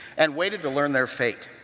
and waited to learn their fate.